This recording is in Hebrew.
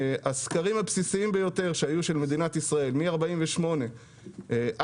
הסקרים הבסיסיים ביותר שערכה מדינת ישראל מ-1948 ועד